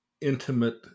intimate